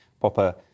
Proper